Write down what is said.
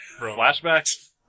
Flashbacks